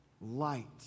light